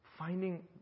Finding